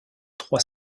trois